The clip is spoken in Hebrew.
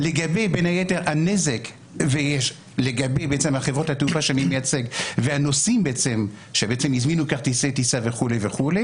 לגבי הנזק וחברות התעופה שאני מייצג והנוסעים שהזמינו כרטיסי טיסה וכו',